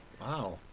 Wow